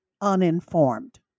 uninformed